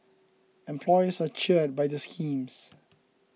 employers are cheered by the schemes